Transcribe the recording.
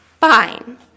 fine